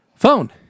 phone